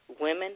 Women